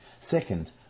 Second